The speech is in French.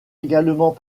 également